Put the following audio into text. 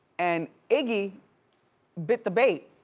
and iggy bit the bait,